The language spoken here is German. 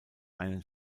einen